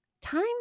time